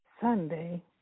Sunday